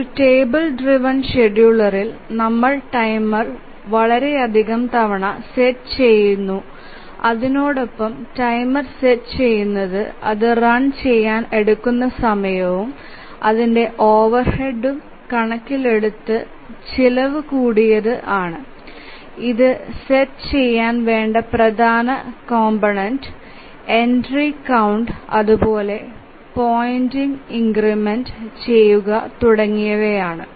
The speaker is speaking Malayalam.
ഒരു ടേബിൾ ഡ്രൈവ്എൻ ഷെഡ്യൂളറിൽ നമ്മൾ ടൈമർ വളരെയധികം തവണ സെറ്റ് ചെയുന്നു അതിനോടൊപ്പം ടൈമർ സെറ്റ് ചെയുനതു അത് റൺ ചെയാൻ എടുക്കുന്ന സമയവും അതിന്ടെ ഓവർഹെഡ് കണക്കിലെടുത്തല് ചിലവ് കൂടിയത് ആണ് ഇതു സെറ്റ് ചെയാൻ വേണ്ട പ്രധാന കംപോണന്റ്റു എൻട്രി കൌണ്ട് അതുപോലെ പോയിന്റർ ഇൻക്രെമെന്റ് ചെയുക തുടഗിയവ ആണ്